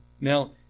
Now